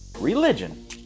religion